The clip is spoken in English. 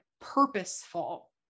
purposeful